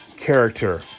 character